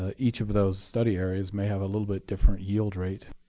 ah each of those study areas may have a little bit different yield rate